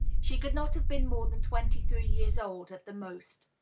she could not have been more than twenty-three years old, at the most.